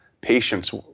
patients